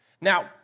Now